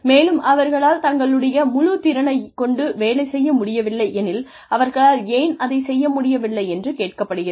மேலும் அவர்களால் தங்களுடைய முழு திறனைக் கொண்டு வேலை செய்ய முடியவில்லை எனில் அவர்களால் ஏன் அதைச் செய்ய முடியவில்லை என்று கேட்கப்படுகிறது